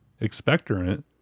expectorant